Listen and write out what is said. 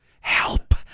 Help